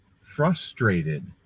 frustrated